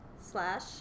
slash